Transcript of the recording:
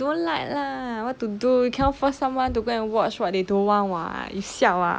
she don't like lah what to do you cannot force someone to go and watch what they don't want [what] you siao ah